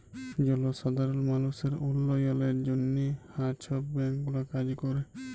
জলসাধারল মালুসের উল্ল্যয়লের জ্যনহে হাঁ ছব ব্যাংক গুলা কাজ ক্যরে